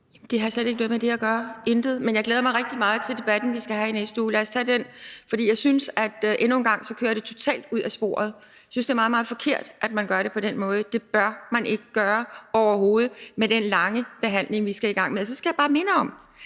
Det har slet ikke noget med det at gøre – intet. Men jeg glæder mig rigtig meget til debatten, vi skal have i næste uge – lad os tage den. For jeg synes, at det endnu en gang kører totalt af sporet. Jeg synes, det er meget, meget forkert, at man gør det på den måde. Det bør man ikke gøre, overhovedet, altså med den lange behandling, vi skal i gang med. Og så skal jeg bare minde om,